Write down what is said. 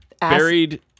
buried